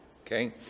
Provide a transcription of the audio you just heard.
okay